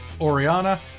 Oriana